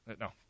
No